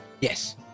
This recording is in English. Yes